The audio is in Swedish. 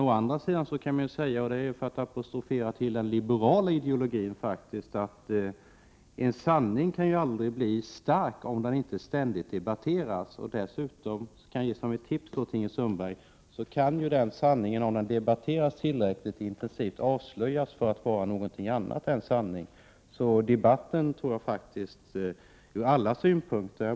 Å andra sidan kan man, för att apostrofera den liberala ideologin, säga att en sanning aldrig kan bli stark om den inte ständigt debatteras. Dessutom kan sanningen, om den debatteras tillräckligt intensivt — jag säger det som ett tips till Ingrid Sundberg —- avslöjas vara något annat än sanning. Den debatten tror jag faktiskt är bra från alla synpunkter.